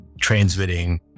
transmitting